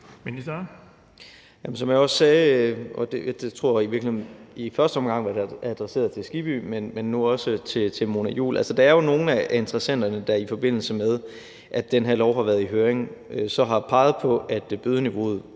Som jeg også sagde, og det tror jeg i første omgang var adresseret til Hans Kristian Skibby, men det er det nu også til Mona Juul, har nogle af interessenterne, i forbindelse med at det her lovforslag har været i høring, peget på, at bødeniveauet